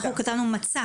אנחנו כתבנו "מצא".